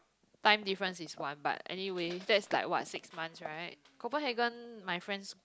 time difference is one but anyway that is like what six months right Copenhagen my friends